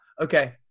Okay